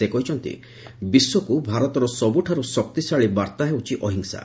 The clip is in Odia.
ସେ କହିଛନ୍ତି ବିଶ୍ୱକୁ ଭାରତର ସବୁଠାରୁ ଶକ୍ତିଶାଳୀ ବାର୍ତ୍ତା ହେଉଛି ଅହିଂସା